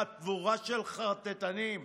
חבורה של חרטטנים.